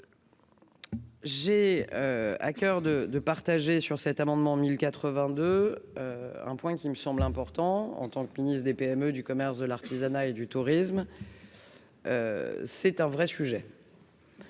j'ai à coeur de de partager sur cet amendement 1082 un point qui me semble important en tant que ministre des PME, du commerce, de l'artisanat et du tourisme. C'est un vrai sujet.